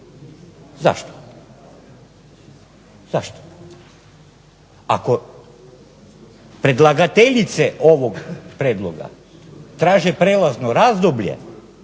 života. Zašto? Ako predlagateljice ovog prijedloga traže prijelazno razdoblje